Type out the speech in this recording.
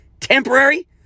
temporary